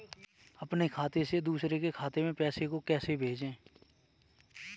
अपने खाते से दूसरे के खाते में पैसे को कैसे भेजे?